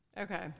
okay